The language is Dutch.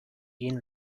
één